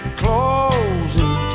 closing